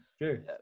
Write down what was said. Sure